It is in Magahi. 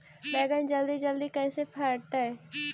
बैगन जल्दी जल्दी कैसे बढ़तै?